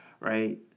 Right